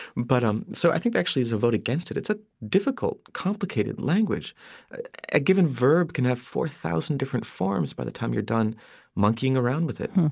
but um so i think actually it's a vote against it. it's a difficult, complicated language a given verb can have four thousand different forms by the time you're done monkeying around with it.